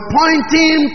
pointing